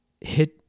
hit